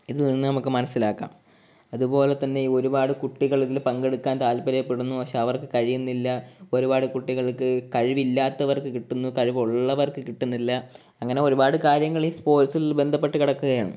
ഇതിൽനിന്നു മനസ്സിലാക്കാം അതുപോലെതന്നെ ഒരുപാട് കുട്ടികളിതിൽ പങ്കെടുക്കാൻ താത്പര്യപ്പെടുന്നു പക്ഷേ അവർക്ക് കഴിയുന്നില്ല ഒരുപാട് കുട്ടികൾക്ക് കഴിവില്ലാത്തവർക്കു കിട്ടുന്നു കഴിവുള്ളവർക്ക് കിട്ടുന്നില്ല അങ്ങനൊരുപാട് കാര്യങ്ങളിൽ സ്പോർട്സിൽ ബന്ധപ്പെട്ട് കിടക്കുകയാണ്